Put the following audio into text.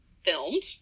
filmed